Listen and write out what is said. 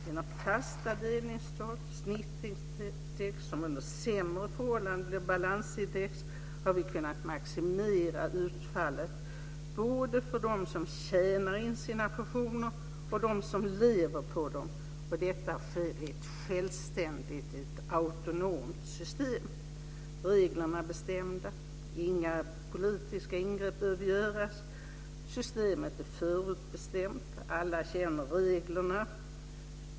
Genom fasta delningstal och snittindex som under sämre förhållande blir balansindex har vi kunnat maximera utfallet både för dem som tjänar in sina pensioner och de som lever på dem och detta sker i ett självständigt, ett autonomt system. Reglerna är bestämda. Inga politiska ingrepp behöver göras. Systemet är förutbestämt. Alla känner reglerna.